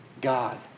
God